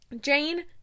Jane